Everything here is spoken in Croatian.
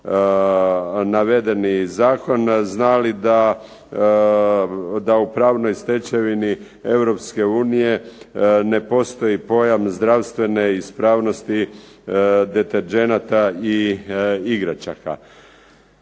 navedeni zakon, znali da u pravnoj stečevini Europske unije ne postoji pojam zdravstvene ispravnosti deterdženata i igračaka.